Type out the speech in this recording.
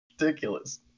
ridiculous